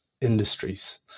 industries